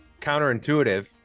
counterintuitive